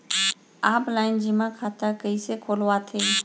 Offline जेमा खाता कइसे खोलवाथे?